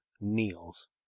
kneels